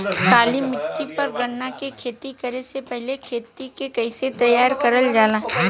काली मिट्टी पर गन्ना के खेती करे से पहले खेत के कइसे तैयार करल जाला?